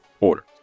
order